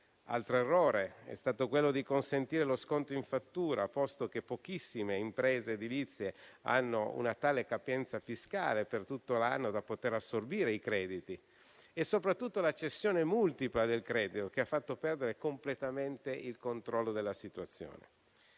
Altro errore è stato quello di consentire lo sconto in fattura, posto che pochissime imprese edilizie hanno una tale capienza fiscale per tutto l'anno da poter assorbire i crediti, e soprattutto la cessione multipla del credito, che ha fatto perdere completamente il controllo della situazione.